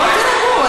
בואו תירגעו.